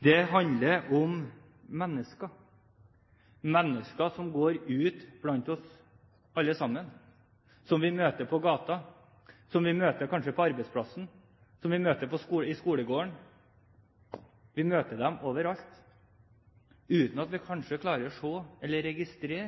Det handler om mennesker, mennesker som går ute blant oss alle sammen, som vi møter på gata, som vi møter kanskje på arbeidsplassen, som vi møter i skolegården. Vi møter dem overalt, uten at vi kanskje klarer å se eller registrere